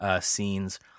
scenes